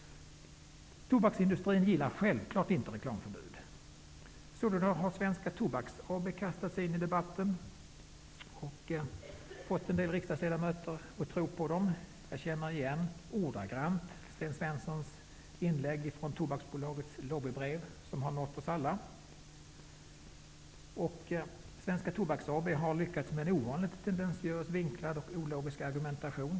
Tobaksindustrin gillar självfallet inte reklamförbud. Sålunda har Svenska Tobaks AB kastat sig in i debatten och fått en del riksdagsledamöter att tro på vad man säger. Jag känner igen -- ordagrant -- Sten Svenssons inlägg från Tobaksbolagets lobbybrev, som har nått oss alla. Svenska Tobaks AB har lyckats med en ovanligt tendentiös, vinklad och ologisk argumentation.